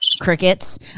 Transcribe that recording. Crickets